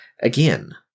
again